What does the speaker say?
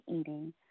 eating